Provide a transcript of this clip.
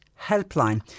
helpline